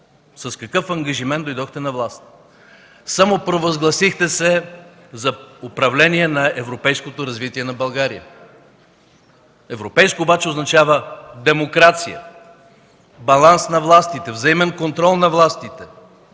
с какъв ангажимент дойдохте на власт. Самопровъзгласихте се за управление на европейското развитие на България. Европейско обаче означава демокрация, баланс на властите, взаимен контрол на властите,